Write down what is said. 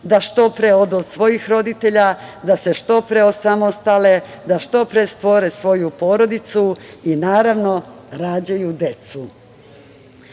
da što pre odu od svojih roditelja, da se što pre osamostale, da što pre stvore svoju porodicu, naravno, rađaju